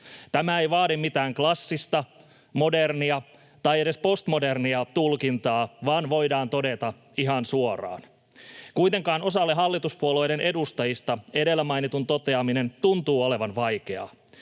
Tämä ei vaadi mitään klassista, modernia tai edes postmodernia tulkintaa vaan voidaan todeta ihan suoraan. Kuitenkin osalle hallituspuolueiden edustajista edellä mainitun toteaminen tuntuu olevan vaikeaa.